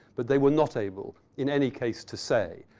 but they were not able in any case to say,